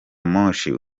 moshi